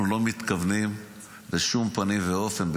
אנחנו לא מתכוונים בשום פנים ואופן,